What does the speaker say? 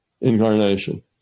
incarnation